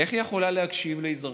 איך היא יכולה להקשיב לאזרחים,